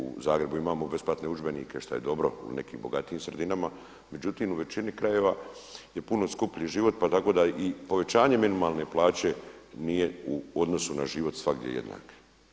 U Zagrebu imamo besplatne udžbenike šta je dobro i u nekim bogatijim sredinama, međutim u većini krajeva je puno skuplji život pa tako da i povećanje minimalne plaće nije u odnosu na život svagdje jednak.